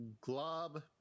glob